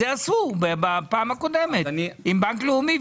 עשו בפעם הקודמת עם בנק לאומי.